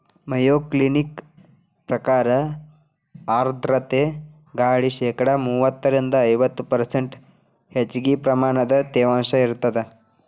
Mayo Clinic ಪ್ರಕಾರ ಆರ್ಧ್ರತೆ ಗಾಳಿ ಶೇಕಡಾ ಮೂವತ್ತರಿಂದ ಐವತ್ತು ಪರ್ಷ್ಂಟ್ ಹೆಚ್ಚಗಿ ಪ್ರಮಾಣದ ತೇವಾಂಶ ಇರತ್ತದ